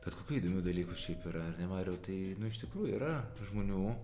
bet kokių įdomių dalykų šiaip yra ar ne mariau tai iš tikrųjų yra žmonių